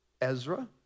Ezra